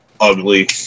ugly